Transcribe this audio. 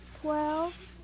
Twelve